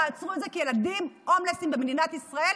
תעצרו את זה, כי ילדים הומלסים במדינת ישראל,